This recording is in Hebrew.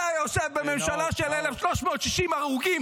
אתה יושב בממשלה של 1,360 הרוגים,